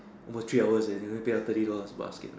almost three hours already only pay our thirty dollars basket man